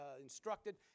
instructed